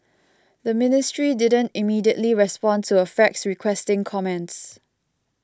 the ministry didn't immediately respond to a fax requesting comments